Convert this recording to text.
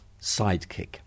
sidekick